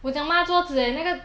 我讲抹桌子 leh 那个